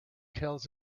tells